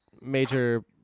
major